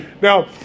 Now